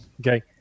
Okay